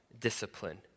discipline